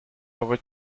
over